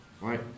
right